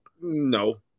No